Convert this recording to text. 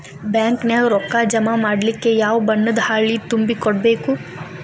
Bank ನ್ಯಾಗ ರೊಕ್ಕಾ ಜಮಾ ಮಾಡ್ಲಿಕ್ಕೆ ಯಾವ ಬಣ್ಣದ್ದ ಹಾಳಿ ತುಂಬಿ ಕೊಡ್ಬೇಕು?